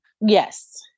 Yes